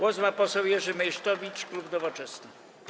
Głos ma poseł Jerzy Meysztowicz, klub Nowoczesna.